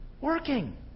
Working